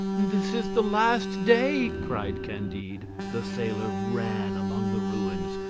this is the last day! cried candide. the sailor ran among the ruins,